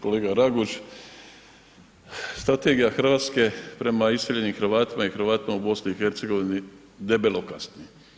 Kolega Raguž, strategija Hrvatske prema iseljenim Hrvatima i Hrvatima u BiH debelo kasni.